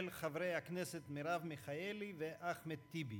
של חברי הכנסת מרב מיכאלי ואחמד טיבי.